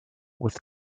with